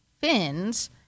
fins